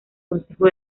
consejo